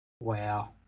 Wow